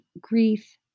grief